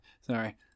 Sorry